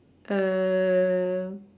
uh